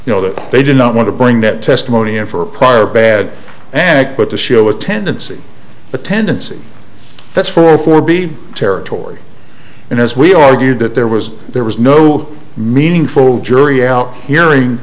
you know that they did not want to bring that testimony in for a prior bad act but to show a tendency the tendency that's for for be territory and as we argued that there was there was no meaningful jury out hearing